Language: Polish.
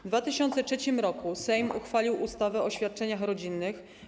W 2003 r. Sejm uchwalił ustawę o świadczeniach rodzinnych.